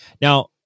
Now